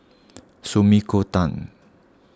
Sumiko Tan